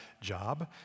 job